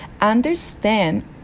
understand